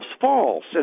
false